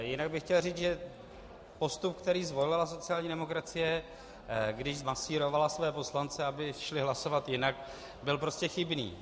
Jinak bych chtěl říci, že postup, který zvolila sociální demokracie, když zmasírovala své poslance, aby šli hlasovat jinak, byl prostě chybný.